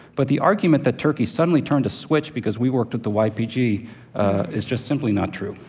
but the argument that turkey suddenly turned a switch because we worked with the ypg is just simply not true.